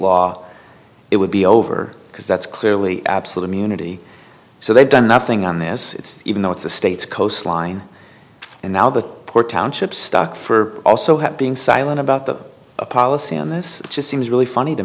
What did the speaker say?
law it would be over because that's clearly absolute immunity so they've done nothing on this even though it's the state's coastline and now the poor township stuck for also have being silent about the policy on this just seems really funny to